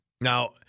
Now